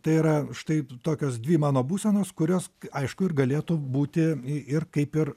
tai yra štai tokios dvi mano būsenos kurios aišku ir galėtų būti ir kaip ir